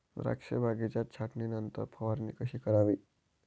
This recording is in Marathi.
द्राक्ष बागेच्या छाटणीनंतर फवारणी कशी करावी?